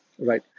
right